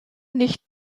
nicht